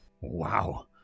Wow